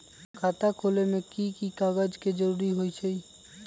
खाता खोले में कि की कागज के जरूरी होई छइ?